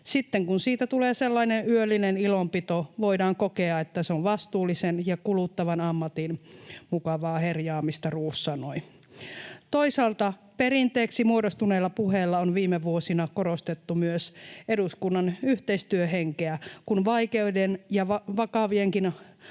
Sitten kun siitä tulee sellainen yöllinen ilonpito, voidaan kokea, että se on vastuullisen ja kuluttavan ammatin mukavaa herjaamista”, Roos sanoi. Toisaalta perinteeksi muodostuneella puheella on viime vuosina korostettu myös eduskunnan yhteistyöhenkeä, kun vaikeiden ja vakavienkin